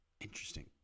Interesting